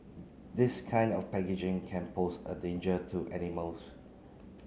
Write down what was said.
this kind of packaging can pose a danger to animals